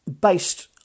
based